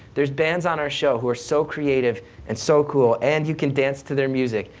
there's bands on our show who are so creative and so cool, and you can dance to their music,